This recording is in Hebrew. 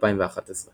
2011 ==